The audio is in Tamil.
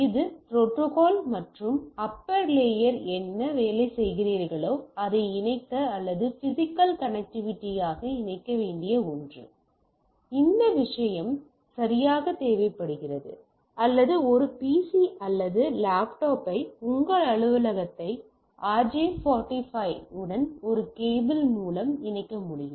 இது ப்ரோட்டோக்காள் மற்றும் அப்பர் லேயரில் என்ன வேலை செய்கிறீர்களோ அதை இணைக்க அல்லது பிசிக்கல் கனெக்டிவிட்டியாக இணைக்க வேண்டிய ஒன்று இந்த விஷயம் சரியாக தேவைப்படுகிறது அல்லது ஒரு PC அல்லது லேப்டாப்பை உங்கள் அலுவலகத்தை RJ 45 உடன் ஒரு கேபிள் மூலம் இணைக்க முடியும்